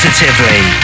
Positively